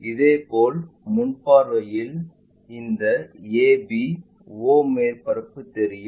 இதேபோல் முன் பார்வையில் இந்த ab o மேற்பரப்பு தெரியும்